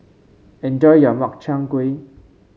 enjoy your Makchang Gui